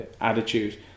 attitude